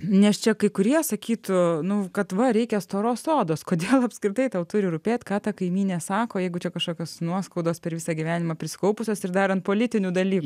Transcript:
nes čia kai kurie sakytų nu kad va reikia storos odos kodėl apskritai tau turi rūpėt ką ta kaimynė sako jeigu čia kažkokios nuoskaudos per visą gyvenimą prisikaupusios ir dar ant politinių dalykų